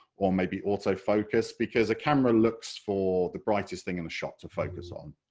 or maybe auto-focus, because a camera looks for the brightest thing in a shot to focus on.